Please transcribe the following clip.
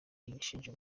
ishinja